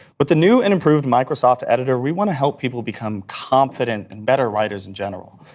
but the new and improved microsoft editor, we want to help people become confident and better writers in general.